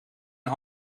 een